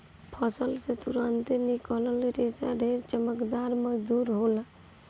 फसल से तुरंते निकलल रेशा ढेर चमकदार, मजबूत होला